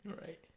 Right